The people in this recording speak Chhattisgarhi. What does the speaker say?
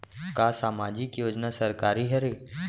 का सामाजिक योजना सरकारी हरे?